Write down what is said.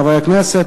חברי הכנסת,